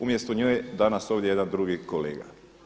Umjesto nje je danas ovdje jedan drugi kolega.